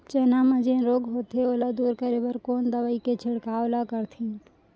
चना म जेन रोग होथे ओला दूर करे बर कोन दवई के छिड़काव ल करथे?